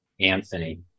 Anthony